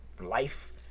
life